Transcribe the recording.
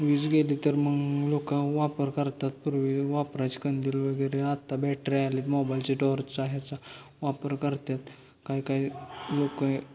वीज गेली तर मग लोक वापर करतात पूर्वी वापरायची कंदील वगैरे आत्ता बॅटरी आलेत मोबाईलचे टॉर्चचा ह्याचा वापर करतात काही काही लोक हे